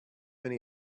many